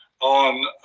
on